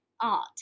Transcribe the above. art